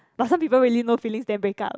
but some people really no feelings then break up